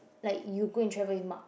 like you go and travel with Mark